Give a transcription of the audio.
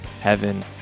heaven